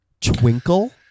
twinkle